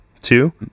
two